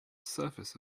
surface